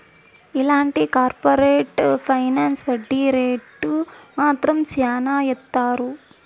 ఇలాంటి corporate finance వడ్డీ rate మాత్రం శ్యానా ఏత్తారు